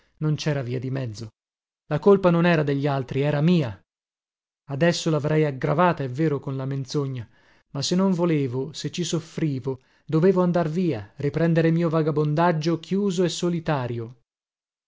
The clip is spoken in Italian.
non cera via di mezzo la colpa non era degli altri era mia adesso lavrei aggravata è vero con la menzogna ma se non volevo se ci soffrivo dovevo andar via riprendere il mio vagabondaggio chiuso e solitario